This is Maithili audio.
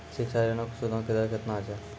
शिक्षा ऋणो के सूदो के दर केतना छै?